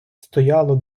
стояло